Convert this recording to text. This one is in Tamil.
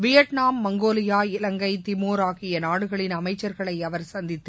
வியட்நாம் மங்கோலியா இலங்கை திமோர் ஆகிய நாடுகளின் அமைச்சர்களை அவர் சந்தித்து